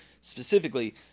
Specifically